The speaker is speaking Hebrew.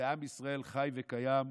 ועם ישראל חי וקיים,